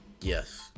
Yes